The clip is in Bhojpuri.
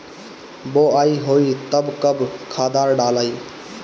बोआई होई तब कब खादार डालाई?